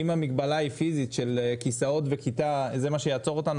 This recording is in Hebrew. אם המגבלה היא פיזית של כסאות וכיתה זה מה שיעצור אותנו,